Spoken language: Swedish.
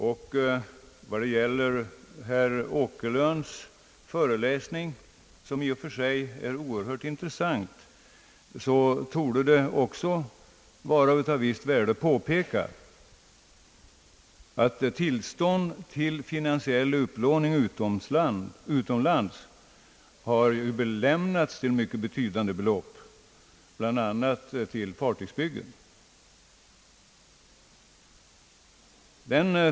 Efter herr Åkerlunds föreläsning, som i och för sig var oerhört intressant, torde det också vara av värde att påpeka att tillstånd till finansiell upplåning utomlands har medgivits till mycket betydande belopp, bl.a. till fartygsbyggen.